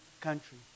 country